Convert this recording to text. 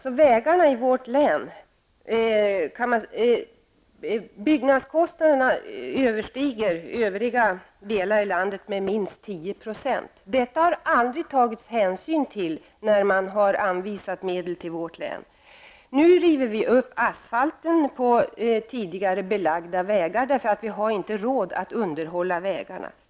Byggnadskostnaderna för vägarna i vårt län överstiger kostnaderna i övriga landet med minst 10 %. Till detta har man aldrig tagit hänsyn när man anvisat medel till vårt län. Nu rivs asfalten upp på tidigare belagda vägar, eftersom vi inte har råd att underhålla vägarna.